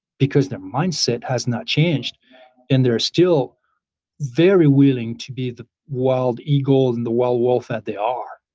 because their mindset has not changed and they're still very willing to be the wild eagle and the wild wolf that they are